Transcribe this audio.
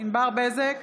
ענבר בזק,